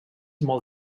molt